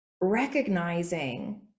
recognizing